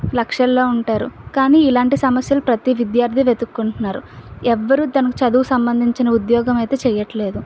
లక్షలలో ఉంటారు కానీ ఇలాంటి సమస్యలు ప్రతి విద్యార్థి వెతుకుంటున్నారు ఎవరు తనకు చదువు సంబంధించిన ఉద్యోగం అయితే చేయట్లేదు